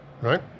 right